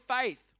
faith